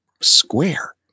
Square